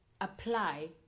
apply